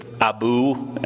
Abu